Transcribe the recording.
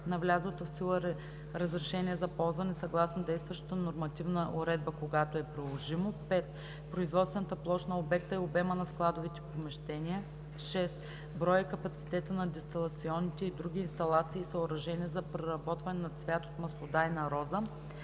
на влязлото в сила разрешение за ползване съгласно действащата нормативна уредба – когато е приложимо; 5. производствената площ на обекта и обема на складовите помещения; 6. броя и капацитета на дестилационните и другите инсталации и съоръжения за преработване на цвят от маслодайна роза;